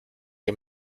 que